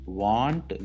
want